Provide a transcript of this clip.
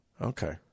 Okay